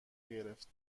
گرفت